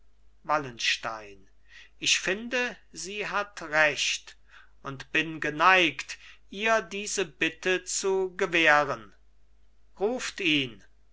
wallenstein ich finde sie hat recht und bin geneigt ihr diese bitte zu gewähren ruft ihn